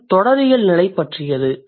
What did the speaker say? இது தொடரியல் நிலை பற்றியது